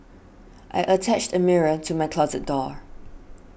I attached a mirror to my closet door